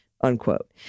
unquote